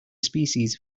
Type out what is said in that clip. species